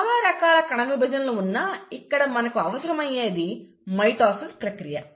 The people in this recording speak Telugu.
చాలా రకాల కణవిభజనలు ఉన్నా ఇక్కడ మనకు అవసరమయ్యేది మైటోసిస్ ప్రక్రియ